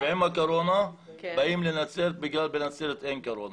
בתקופת מהקורונה באים לנצרת בגלל שבנצרת אין קורונה.